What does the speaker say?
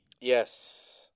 Yes